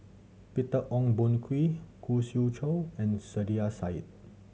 Peter Ong Boon Kwee Khoo Swee Chiow and Saiedah Said